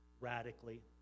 radically